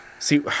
See